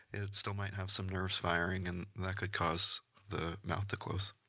it still might have some nerves firing and that could cause the mouth to close.